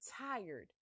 tired